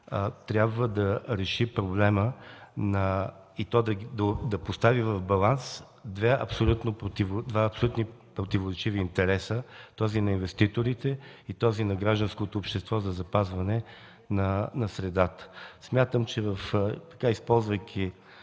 трябва да реши проблема и да постави в баланс два абсолютно противоречиви интереса – този на инвеститорите и този на гражданското общество за запазване на средата. Смятам, че използвайки